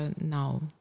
now